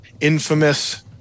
infamous